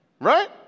right